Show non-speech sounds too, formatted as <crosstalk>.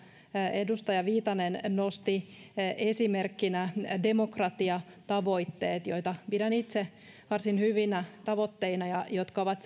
edustaja viitanen nosti esimerkkinä demokratiatavoitteet joita pidän itse varsin hyvinä tavoitteina ja jotka ovat <unintelligible>